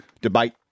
debate